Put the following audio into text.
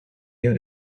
you